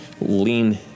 lean